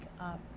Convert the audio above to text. up